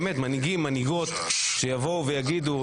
באמת מנהיגים מנהיגות שיבואו ויגידו,